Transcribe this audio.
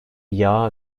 yağ